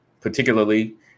particularly